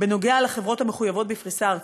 בנוגע לחברות המחויבות בפריסה ארצית,